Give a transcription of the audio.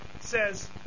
says